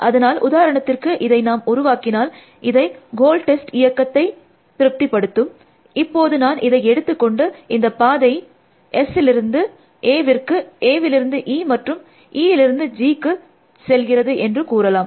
அதனால் உதாரணத்திற்கு இதை நாம் உருவாக்கினால் இது கோல் டெஸ்ட் இயக்கத்தை திருப்தி படுத்தும் அப்போது நான் இதை எடுத்து கொண்டு இந்த பாதை Sலிருந்து Aவிற்கு Aலிருந்து E மற்றும் ஈயிலிருந்து Gக்கும் செல்கிறது என்று கூறலாம்